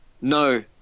No